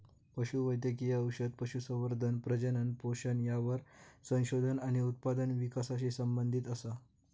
पशु वैद्यकिय औषध, पशुसंवर्धन, प्रजनन, पोषण यावर संशोधन आणि उत्पादन विकासाशी संबंधीत असा